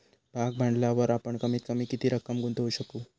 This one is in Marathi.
भाग भांडवलावर आपण कमीत कमी किती रक्कम गुंतवू शकू?